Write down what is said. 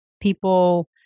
people